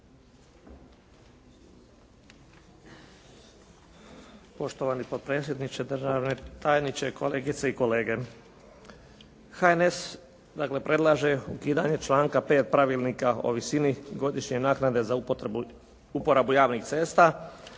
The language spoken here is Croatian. predlaže ukidanje članka 5. Pravilnika o visini godišnje naknade za uporabu javnih cesta,